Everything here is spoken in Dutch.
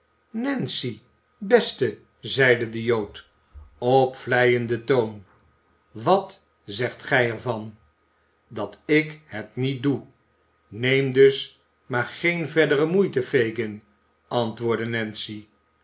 nancy beste zeide de jood op vleienden toon wat zegt gij er van dat ik het niet doe neem dus maar geene verdere moeite fagin antwoordde nancy